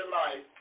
life